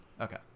Okay